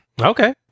Okay